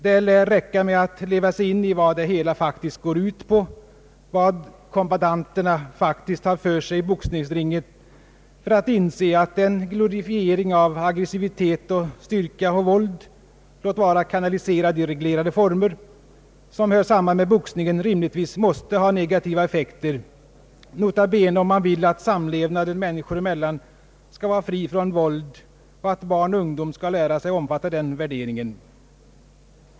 Det lär räcka med att leva sig in i vad det hela faktiskt går ut på och vad kombattanterna faktiskt har för sig i boxningsringen för att inse, att den glorifiering av aggressivitet, styrka och våld — låt vara kanaliserad i reglerade former — som hör samman med boxningen rimligtvis måste ha negativa effekter, nota bene om man vill att samlevnaden människor emellan skall vara fri från våld och att barn och ungdom skall lära sig att omfatta den värderingen.